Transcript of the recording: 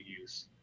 use